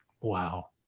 Wow